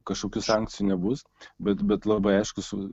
kažkokių sankcijų nebus bet bet labai aišku su